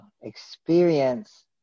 experience